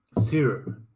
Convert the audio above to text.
Syrup